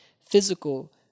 physical